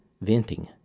venting